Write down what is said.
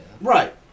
Right